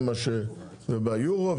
ביורו,